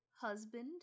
husband